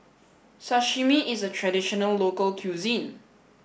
Sashimi is a traditional local cuisine